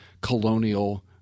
colonial